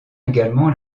également